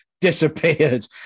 disappeared